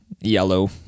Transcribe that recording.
yellow